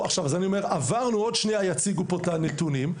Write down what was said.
בעוד שנייה יציגו פה את הנתונים.